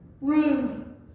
room